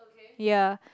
ya